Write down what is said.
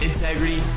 Integrity